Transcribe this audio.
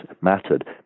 mattered